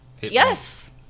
Yes